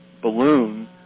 balloon